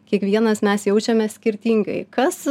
kiekvienas mes jaučiame skirtingai kas